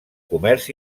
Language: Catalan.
comerç